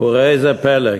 וראה זה פלא,